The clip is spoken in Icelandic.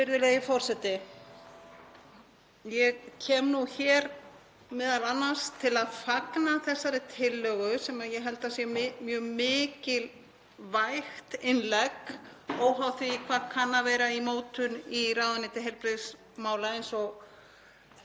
Virðulegi forseti. Ég kem hér m.a. til að fagna þessari tillögu sem ég held að sé mjög mikilvægt innlegg óháð því hvað kann að vera í mótun í ráðuneyti heilbrigðismála eins og